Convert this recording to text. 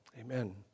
Amen